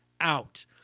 out